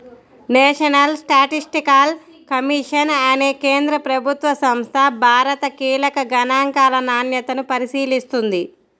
national statistical commission అనే కేంద్ర ప్రభుత్వ సంస్థ భారత కీలక గణాంకాల నాణ్యతను పరిశీలిస్తుంది